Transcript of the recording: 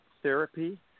therapy